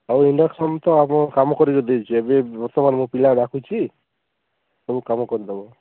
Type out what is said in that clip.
ଆଉ ଇଣ୍ଡକସନ୍ ତ ଆମ କାମ କରିକି ଦେଇଛି ଏବେ ବର୍ତ୍ତମାନ ମୋ ପିଲା ଡାକୁଛି ସବୁ କାମ କରିଦେବ